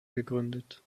gegründet